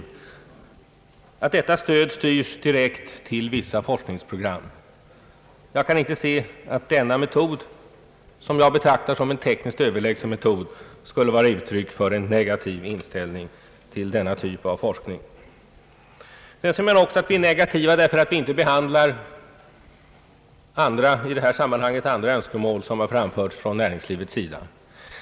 Detta stöd styrs direkt till vissa forskningsprogram. Jag kan inte se att denna metod — vilken jag betraktar som tekniskt överlägsen — skulle vara uttryck för en negativ inställning till denna typ av forskning. Det sägs också att vi är negativa därför att vi inte i detta sammanhang behandlar andra önskemål, som har framförts från näringslivets sida.